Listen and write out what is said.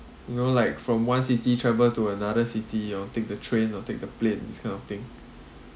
you know like from one city travel to another city or take the train or take the plane this kind of thing